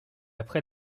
après